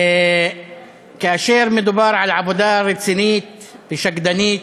כאשר מדובר על עבודה רצינית ושקדנית,